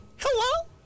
Hello